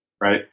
right